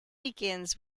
begins